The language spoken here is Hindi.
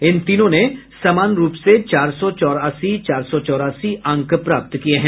इन तीनों ने समान रूप से चार सौ चौरासी चार सौ चौरासी अंक प्राप्त किये हैं